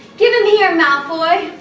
give him here, malfoy,